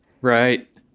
right